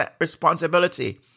responsibility